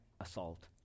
assault